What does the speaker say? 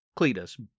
Cletus